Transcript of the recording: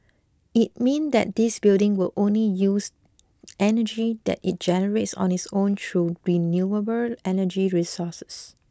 it mean that this building will only use energy that it generates on its own through renewable energy sources